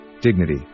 dignity